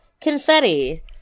confetti